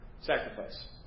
Sacrifice